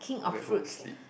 go back home sleep